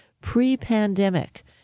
pre-pandemic